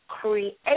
create